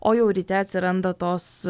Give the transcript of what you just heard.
o jau ryte atsiranda tos